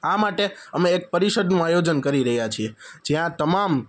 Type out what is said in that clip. આ માટે અમે એક પરિષદનું આયોજન કરી રહ્યા છીએ જ્યાં તમામ